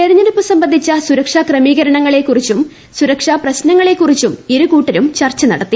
തെരഞ്ഞെടുപ്പ് സംബന്ധിച്ച സുരക്ഷാ ക്രമീകരണങ്ങളെക്കുറിച്ചും സുരക്ഷാ പ്രശ്നങ്ങളെക്കുറിച്ചും ഇരുകൂട്ടരും ചർച്ച നടത്തി